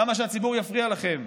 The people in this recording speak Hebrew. למה שהציבור יפריע לכם?